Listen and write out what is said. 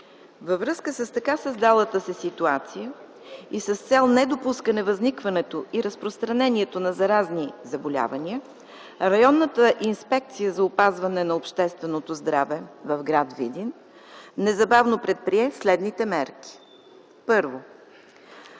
Във връзка с така създалата се ситуация и с цел недопускане възникването и разпространението на заразни заболявания, Районната инспекция за опазване и контрол на общественото здраве в град Видин незабавно предприе следните мерки: Първо,